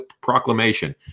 proclamation –